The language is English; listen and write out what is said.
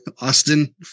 Austin